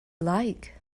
like